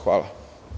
Hvala.